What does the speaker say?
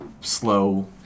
slow